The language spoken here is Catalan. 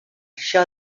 això